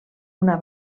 una